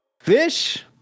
Fish